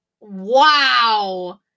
Wow